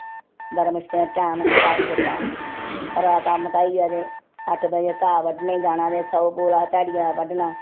बड़े मुश्कलें टैम पास कीता घरा कम्म मकाइयै ते अट्ठ बजे घाऽ बड्डने गी जाना ते सौ पूला ध्याड़ियै दा बड्ढना